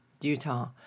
Utah